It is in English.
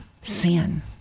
sin